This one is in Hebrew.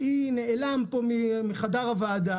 היא נעלם פה מחדר הוועדה,